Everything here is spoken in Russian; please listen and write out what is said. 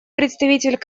представитель